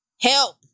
help